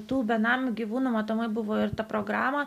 tų benamių gyvūnų matomai buvo ir tą programą